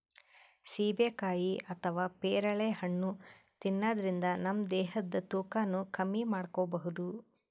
ಸೀಬೆಕಾಯಿ ಅಥವಾ ಪೇರಳೆ ಹಣ್ಣ್ ತಿನ್ನದ್ರಿನ್ದ ನಮ್ ದೇಹದ್ದ್ ತೂಕಾನು ಕಮ್ಮಿ ಮಾಡ್ಕೊಬಹುದ್